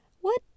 What